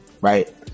right